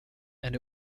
and